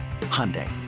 Hyundai